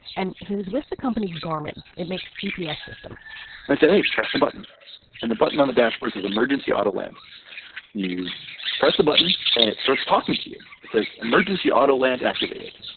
and he was with the company garmin it makes g p s. systems they say they press the button and the button on the dashboard is emergency auto land you press the button and it starts talking to you. it says emergency auto land activated.